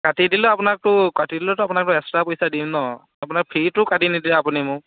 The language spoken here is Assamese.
কাটি দিলে আপোনাকটো কাটি দিলেতো আপোনাকতো এক্সট্ৰা পইচা দিম ন আপোনাৰ ফ্ৰীৰতটো কাটি নিদিয়ে আপুনি মোক